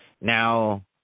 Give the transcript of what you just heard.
Now